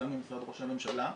גם למשרד ראש הממשלה,